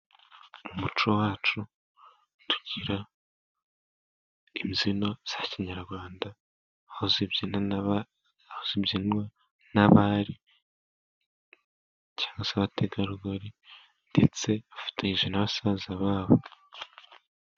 Mu muco wacu tugira imbyino za Kinyarwanda, aho zibyina z'ibyinwa n'abari cyangwa se abategarugori ndetse bafatanyije na basaza babo.